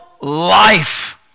life